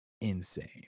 insane